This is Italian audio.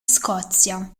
scozia